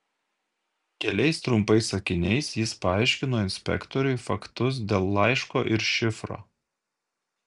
keliais trumpais sakiniais jis paaiškino inspektoriui faktus dėl laiško ir šifro